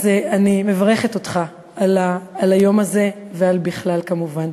אז אני מברכת אותך על היום הזה ועל בכלל, כמובן.